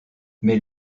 mais